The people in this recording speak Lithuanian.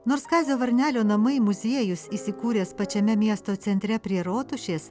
nors kazio varnelio namai muziejus įsikūręs pačiame miesto centre prie rotušės